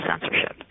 censorship